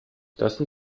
lassen